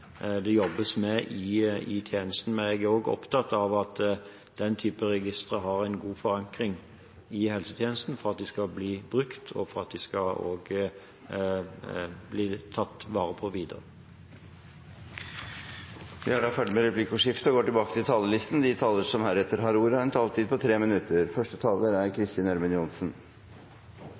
det er også noe det jobbes med i tjenesten. Men jeg er også opptatt av at den typen registre har en god forankring i helsetjenesten for at de skal bli brukt, og for at de skal bli tatt vare på videre. Replikkordskiftet er omme. De talere som heretter får ordet, har en taletid på inntil 3 minutter.